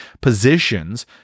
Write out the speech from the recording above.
positions